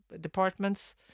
departments